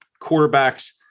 quarterbacks